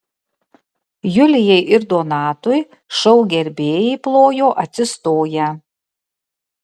julijai ir donatui šou gerbėjai plojo atsistoję